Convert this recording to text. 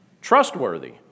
trustworthy